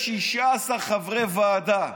יש 16 חברי ועדה.